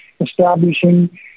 establishing